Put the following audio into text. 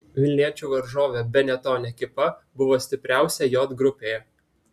vilniečių varžovė benetton ekipa buvo stipriausia j grupėje